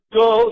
go